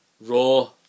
raw